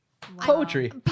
poetry